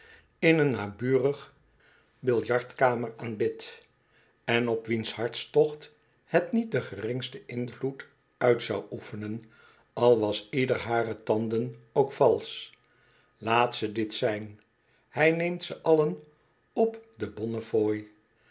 in een naburige biljartkamer aanbidt en op wiens hartstocht het niet den geringsten invloed uit zou oefenen al was ieder liarer tanden ook valsch laten ze dit zijn hij neemt ze allen op de